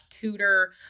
tutor